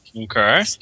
Okay